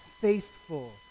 faithful